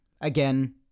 again